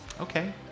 Okay